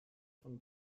von